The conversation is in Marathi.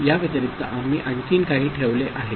याव्यतिरिक्त आम्ही आणखी काही ठेवले आहे